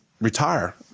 retire